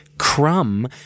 crumb